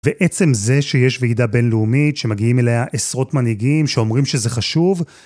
ועצם זה שיש ועידה בינלאומית שמגיעים אליה עשרות מנהיגים שאומרים שזה חשוב...